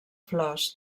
flors